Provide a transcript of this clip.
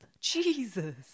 jesus